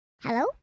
Hello